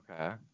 okay